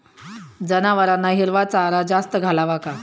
जनावरांना हिरवा चारा जास्त घालावा का?